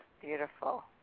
Beautiful